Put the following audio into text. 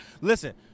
Listen